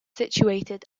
situated